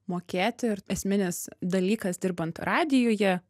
mokėti ir esminis dalykas dirbant radijuje